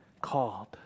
called